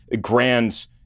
grand